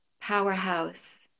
powerhouse